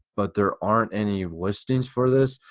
but there aren't any listings for this.